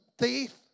thief